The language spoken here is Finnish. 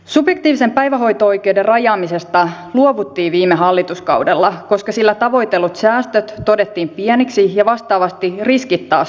subjektiivisen päivähoito oikeuden rajaamisesta luovuttiin viime hallituskaudella koska sillä tavoitellut säästöt todettiin pieniksi ja vastaavasti riskit taas suuriksi